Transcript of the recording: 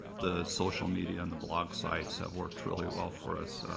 the social media and the blog sites have worked really well for us,